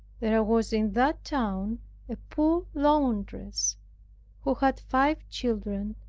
there was in that town a poor laundress who had five children,